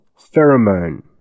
pheromone